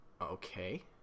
okay